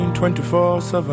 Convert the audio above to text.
24-7